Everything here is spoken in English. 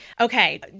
Okay